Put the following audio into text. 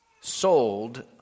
sold